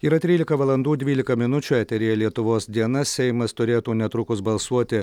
yra trylika valandų dvylika minučių eteryje lietuvos diena seimas turėtų netrukus balsuoti